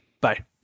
bye